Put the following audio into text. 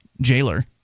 jailer